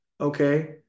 Okay